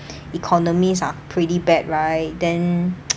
economies are pretty bad right then